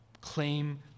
Claim